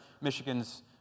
Michigan's